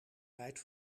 rijdt